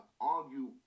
argue